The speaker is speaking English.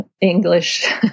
English